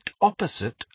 opposite